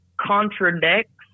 contradicts